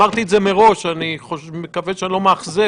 אני אמרתי את זה מראש אני מקווה שאני לא מאכזב,